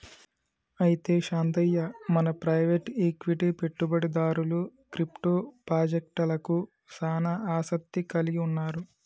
అయితే శాంతయ్య మన private equity పెట్టుబడిదారులు క్రిప్టో పాజెక్టలకు సానా ఆసత్తి కలిగి ఉన్నారు